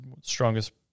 strongest